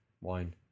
wine